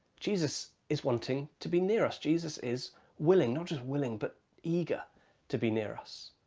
jesus is wanting to be near us. jesus is willing not just willing, but eager to be near us.